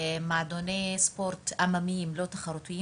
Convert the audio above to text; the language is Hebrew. של הקמת מועדוני ספורט עממיים, לא תחרותיים.